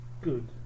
good